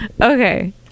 Okay